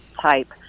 type